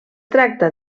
tracta